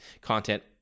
content